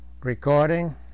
Recording